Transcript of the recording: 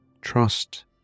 Trust